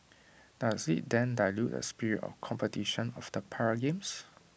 does IT then dilute the spirit of competition of the para games